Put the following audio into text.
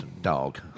dog